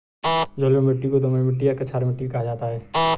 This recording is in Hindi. जलोढ़ मिट्टी को दोमट मिट्टी या कछार मिट्टी भी कहा जाता है